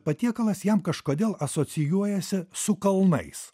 patiekalas jam kažkodėl asocijuojasi su kalnais